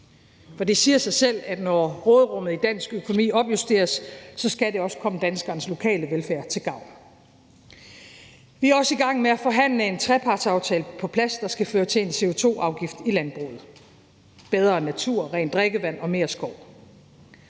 for det siger sig selv, at når råderummet i dansk økonomi opjusteres, skal det også komme danskernes lokale velfærd til gavn. Vi er også i gang med at forhandle en trepartsaftale på plads, der skal føre til en CO2-afgift i landbruget, bedre natur, rent drikkevand og mere skov.